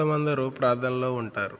మొత్తమందరు ప్రార్థనలో ఉంటారు